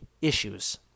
issues